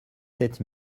sept